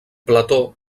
plató